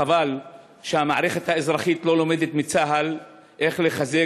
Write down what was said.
חבל שהמערכת האזרחית לא לומדת מצה"ל איך לחזק